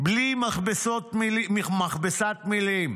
"בלי מכבסת מילים,